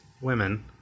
women